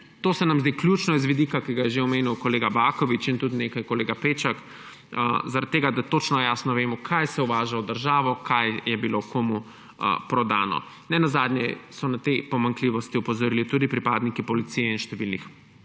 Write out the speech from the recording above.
To se nam zdi ključno z vidika, ki ga je že omenil kolega Baković in tudi nekaj kolega Peček, da točno jasno vemo, kaj se uvaža v državo, kaj je bilo komu prodano. Nenazadnje so na te pomanjkljivosti opozorili tudi pripadniki Policije in številnih